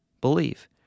believe